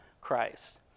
Christ